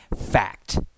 fact